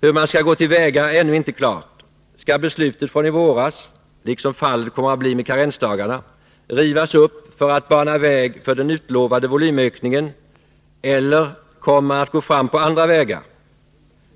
Hur man skall gå till väga är ännu inte klart. Skall beslutet från i våras, liksom fallet kommer att bli med karensdagarna, rivas upp för att bana väg för den utlovade volymökningen, eller kommer man att gå fram på andra vägar?